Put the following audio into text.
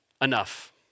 enough